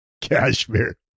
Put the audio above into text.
Cashmere